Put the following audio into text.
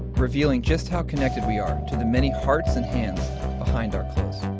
revealing just how connected we are to the many hearts and hands behind our clothes.